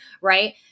Right